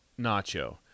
nacho